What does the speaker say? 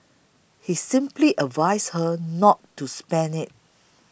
he simply advised her not to spend it